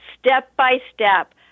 step-by-step